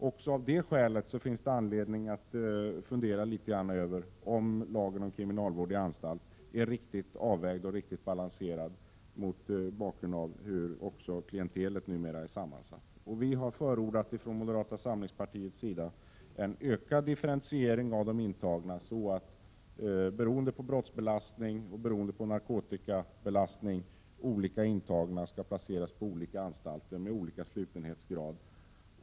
Också av det skälet finns det anledning att fundera litet grand över om lagen om kriminalvård i anstalt är riktigt avvägd och riktigt balanserad. Därvid skall också beaktas hur klientelet numera är sammansatt. Vi i moderata samlingspartiet har förordat en ökad differentiering av de intagna, så att — beroende på brottseller narkotikabelastningen — olika intagna placeras på anstalter med olika slutenhetsgrad.